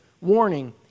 warning